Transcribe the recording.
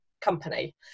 company